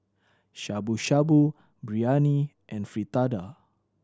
Shabu Shabu Biryani and Fritada